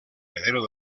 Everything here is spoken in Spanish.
heredero